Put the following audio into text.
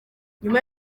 nyuma